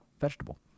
vegetable